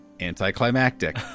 anticlimactic